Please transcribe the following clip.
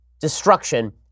destruction